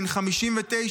בן 59,